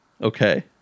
Okay